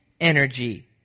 energy